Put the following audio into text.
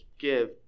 give